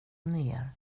ner